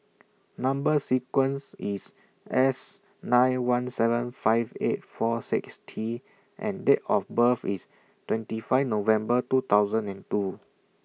Number sequence IS S nine one seven five eight four six T and Date of birth IS twenty five November two thousand and two